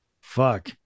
fuck